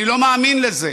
אני לא מאמין לזה.